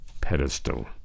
pedestal